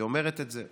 היא אומרת את זה.